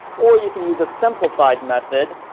or you can use a simplified method,